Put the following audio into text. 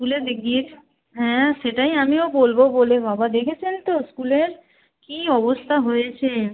স্কুলেতে গিয়েছি হ্যাঁ সেটাই আমিও বলবো বলে বাবা দেখেছেন তো স্কুলের কি অবস্থা হয়েছে